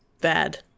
bad